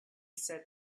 said